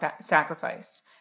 sacrifice